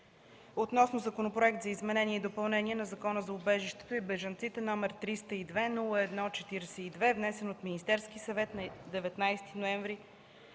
относно Законопроект за изменение и допълнение на Закона за убежището и бежанците, № 302-01-42, внесен от Министерския съвет на 19 ноември